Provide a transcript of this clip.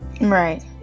Right